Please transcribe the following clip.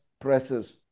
presses